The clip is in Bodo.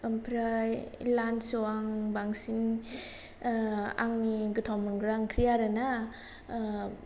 ओमफ्राय लान्साव आं बांसिन आंनि गोथाव मोनग्रा ओंख्रै आरोना ओ